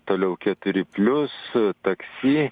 toliau keturi plius taksi